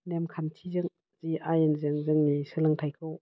नेमखान्थिजों जि आयेनजों जोंनि सोलोंथाइखौ